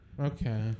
Okay